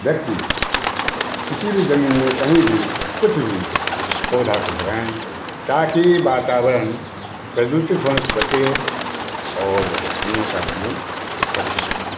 व्यक्ति किसी भी ज़मीन में कहीं भी कुछ भी पौधे को लगाएँ ताकि वातावरण प्रदूषित होने से बचे और हम लोग का जीवन सुरक्षित रहे